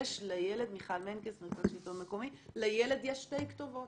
לילד יש שתי כתובות.